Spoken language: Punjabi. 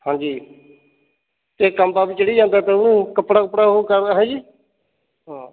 ਹਾਂਜੀ ਅਤੇ ਕਾਂਬਾ ਵੀ ਚੜ੍ਹੀ ਜਾਂਦਾ ਤਾ ਉਹਨੂੰ ਕੱਪੜਾ ਕੁਪੜਾ ਉਹ ਕਰ ਹੈਂਜੀ ਹਾਂ